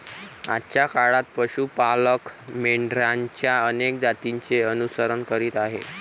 आजच्या काळात पशु पालक मेंढरांच्या अनेक जातींचे अनुसरण करीत आहेत